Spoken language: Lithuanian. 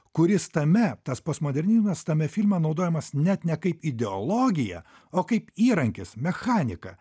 kuris tame tas postmodernizmas tame filme naudojamas net ne kaip ideologija o kaip įrankis mechanika